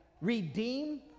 redeem